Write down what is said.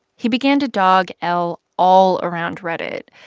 he began to dog l all around reddit.